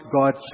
God